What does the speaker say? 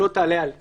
שלא תעלה על X,